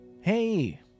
hey